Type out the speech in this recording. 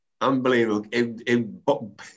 Unbelievable